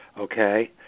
Okay